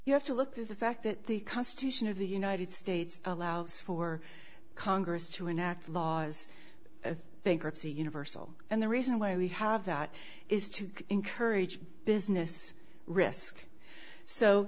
you have to look at the fact that the constitution of the united states allows for congress to enact laws bankruptcy universal and the reason why we have that is to encourage business risk so